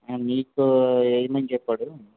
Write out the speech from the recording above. ఆ నీకు వేయమని చెప్పాడు